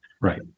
right